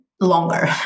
longer